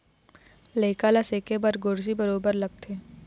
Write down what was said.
लइका ल सेके बर गोरसी बरोबर लगथे